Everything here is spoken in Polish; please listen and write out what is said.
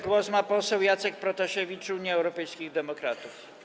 Głos ma poseł Jacek Protasiewicz, Unia Europejskich Demokratów.